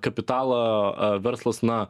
kapitalą verslas na